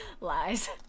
Lies